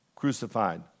crucified